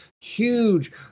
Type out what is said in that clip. huge